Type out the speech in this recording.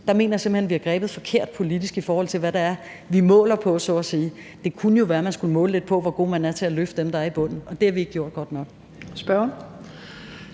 Der mener jeg simpelt hen, at vi har grebet det politisk forkert an, i forhold til hvad vi måler på, så at sige. Det kunne jo være, vi skulle måle lidt på, hvor god man er til at løfte dem, der er i bunden, og det har vi ikke gjort godt nok.